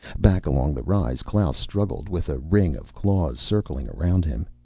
back along the rise klaus struggled with a ring of claws circling around him.